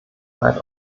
weit